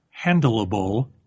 handleable